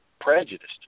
prejudiced